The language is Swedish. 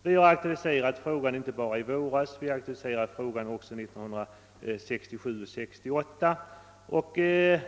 Vi har aktualiserat denna fråga inte bara i våras utan även 1967 och 1968.